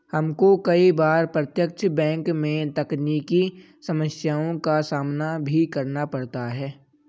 हमको कई बार प्रत्यक्ष बैंक में तकनीकी समस्याओं का सामना भी करना पड़ता है